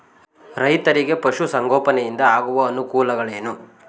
ರೈತರಿಗೆ ಪಶು ಸಂಗೋಪನೆಯಿಂದ ಆಗುವ ಅನುಕೂಲಗಳೇನು?